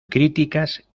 críticas